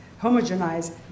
homogenize